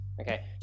Okay